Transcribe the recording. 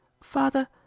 Father